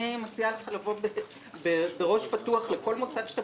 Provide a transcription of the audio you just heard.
אני מציעה לך לבוא בראש פתוח לכל מוסד שאתה